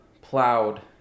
plowed